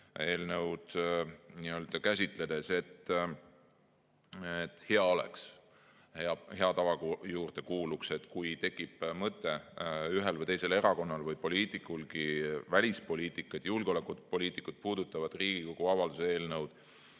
eelnõu käsitledes, et hea oleks ja hea tava juurde kuuluks see: kui tekib mõte ühel või teisel erakonnal või poliitikulgi välispoliitikat ja julgeolekupoliitikat puudutavat Riigikogu avalduse eelnõu